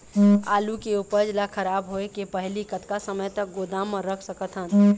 आलू के उपज ला खराब होय के पहली कतका समय तक गोदाम म रख सकत हन?